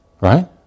Right